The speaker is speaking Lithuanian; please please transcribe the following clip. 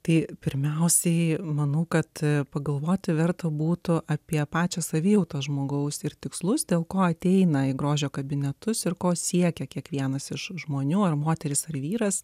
tai pirmiausiai manau kad pagalvoti verta būtų apie pačią savijautą žmogaus ir tikslus dėl ko ateina į grožio kabinetus ir ko siekia kiekvienas iš žmonių ar moteris ar vyras